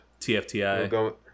TFTI